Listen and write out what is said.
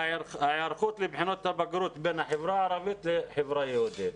בהיערכות לבחינות הבגרות בין החברה הערבית לחברה היהודית.